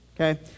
Okay